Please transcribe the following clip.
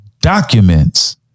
documents